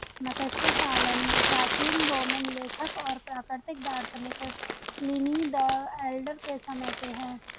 मत्स्य पालन प्राचीन रोमन लेखक और प्राकृतिक दार्शनिक प्लिनी द एल्डर के समय से है